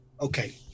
Okay